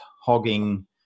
hogging